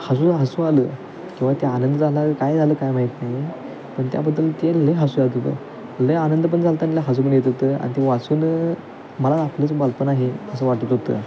हसू हसू आलं किंवा ते आनंद झाला काय झालं काय माहीत नाही पण त्याबद्दल ते लई हसू येत होतं लई आनंद पण झाला होता आणि हसू पण येत होतं आणि ते वाचून मला आपल्याचं बालपण आहे असं वाटत होतं